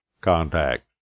contact